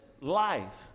Life